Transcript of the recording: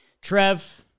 Trev